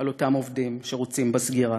על אותם עובדים שרוצים בסגירה.